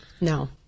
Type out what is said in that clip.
No